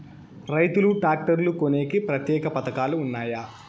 రైతులు ట్రాక్టర్లు కొనేకి ప్రత్యేక పథకాలు ఉన్నాయా?